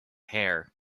hair